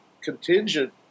contingent